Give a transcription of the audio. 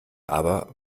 aber